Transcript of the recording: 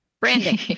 Branding